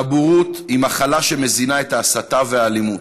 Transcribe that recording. והבורות היא מחלה שמזינה את ההסתה והאלימות.